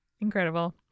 Incredible